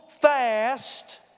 fast